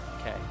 Okay